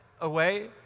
away